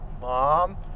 Mom